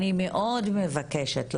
אני מאד מבקשת לחשוב,